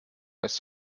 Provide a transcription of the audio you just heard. ist